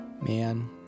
man